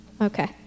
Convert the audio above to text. okay